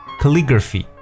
calligraphy